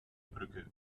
brücke